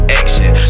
action